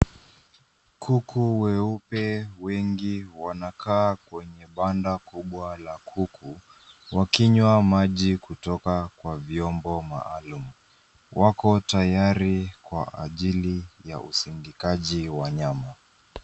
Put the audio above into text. Kuku weupe wengi wanakaa kwenye banda kubwa la kuku wakinywa maji kutoka kwa vyombo maalum. Wako taarifa kwa ajili wa usindikaji wa wanyama.